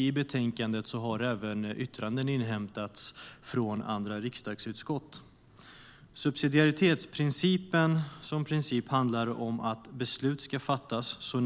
I betänkandet har även yttranden inhämtats från andra riksdagsutskott. Uppföljning av riksdagens tillämpning av subsidiaritets-principen Subsidiaritetsprincipen som princip handlar om att beslut ska fattas så